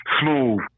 Smooth